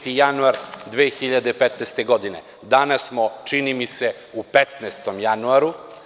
Dakle, 25. januar 2015. godine, a danas smo čini mi se u 15. januaru.